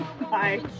Bye